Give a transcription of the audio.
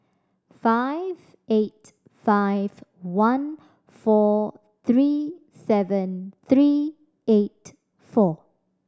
five eight five one four three seven three eight four